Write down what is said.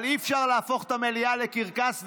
אבל אי-אפשר להפוך את המליאה לקרקס,